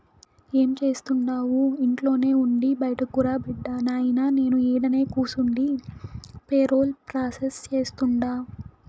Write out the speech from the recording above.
ఏం జేస్తండావు ఇంట్లోనే ఉండి బైటకురా బిడ్డా, నాయినా నేను ఈడనే కూసుండి పేరోల్ ప్రాసెస్ సేస్తుండా